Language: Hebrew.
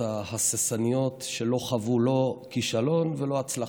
ההססניות שלא חוו לא כישלון ולא הצלחה.